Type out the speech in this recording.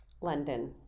London